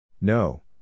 No